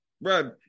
bro